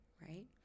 right